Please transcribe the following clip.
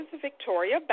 Victoria